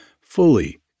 fully